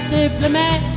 diplomat